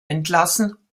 entlassen